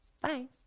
Bye